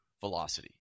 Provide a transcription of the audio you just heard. velocity